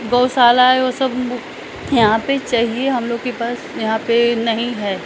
गौशाला वो सब यहाँ पर चहिए हम लोग के पास यहाँ पर नहीं है